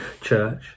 church